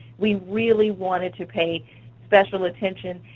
we really wanted to pay special attention,